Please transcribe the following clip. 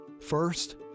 First